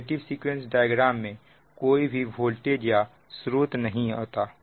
negative sequence diagram में कोई भी वोल्टेज स्रोत नहीं होगा